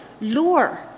lure